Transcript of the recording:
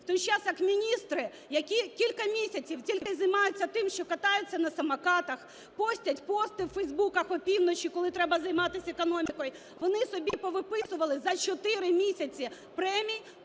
в той час як міністри, які кілька місяців тільки й займаються тим, що катаються на самокатах, постять пости у фейсбуках опівночі, коли треба займатися економікою, вони собі повиписували за 4 місяці премій